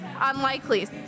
unlikely